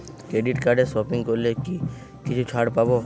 Credit কার্ডে shopping করলে কি কিছু ছাড় পাব?